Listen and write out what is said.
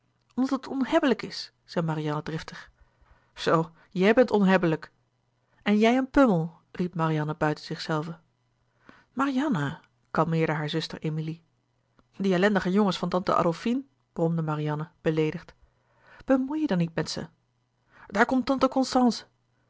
het onhebbelijk is zei marianne driftig zoo jij bent onhebbelijk en jij een pummel riep marianne buiten zichzelve marianne kalmeerde haar zuster emilie die ellendige jongens van tante adolfine bromde marianne beleedigd bemoei je dan niet met ze daar komt tante constance